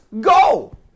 go